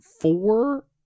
four